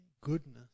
goodness